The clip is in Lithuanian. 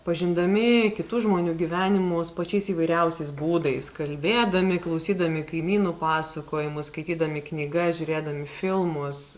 pažindami kitų žmonių gyvenimus pačiais įvairiausiais būdais kalbėdami klausydami kaimynų pasakojimų skaitydami knygas žiūrėdami filmus